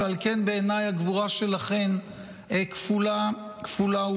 על כן, בעיניי הגבורה שלכן כפולה ומכופלת.